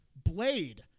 Blade